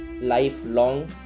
lifelong